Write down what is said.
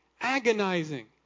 agonizing